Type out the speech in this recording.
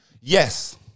Yes